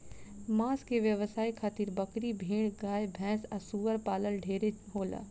मांस के व्यवसाय खातिर बकरी, भेड़, गाय भैस आ सूअर पालन ढेरे होला